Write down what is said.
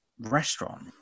restaurant